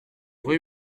rue